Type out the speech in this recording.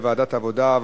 לוועדת העבודה,